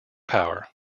power